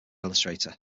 illustrator